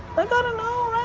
i've gotta know